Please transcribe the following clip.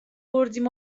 بردیم